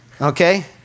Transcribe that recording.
Okay